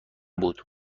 بود